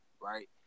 right